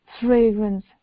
fragrance